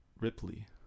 Ripley